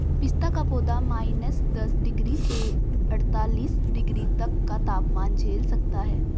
पिस्ता का पौधा माइनस दस डिग्री से अड़तालीस डिग्री तक का तापमान झेल सकता है